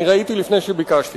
אני ראיתי לפני שביקשתי